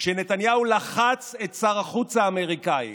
כשנתניהו לחץ על שר החוץ האמריקאי